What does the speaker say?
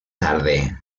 tarde